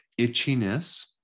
itchiness